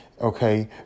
Okay